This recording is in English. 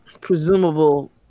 presumable